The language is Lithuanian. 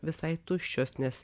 visai tuščios nes